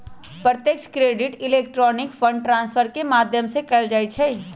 प्रत्यक्ष credit electronic fund transfer के माध्यम से कएल जाइ छइ